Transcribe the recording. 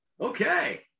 Okay